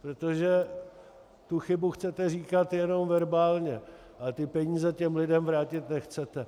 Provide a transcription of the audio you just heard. Protože tu chybu chcete říkat jenom verbálně a ty peníze těm lidem vrátit nechcete.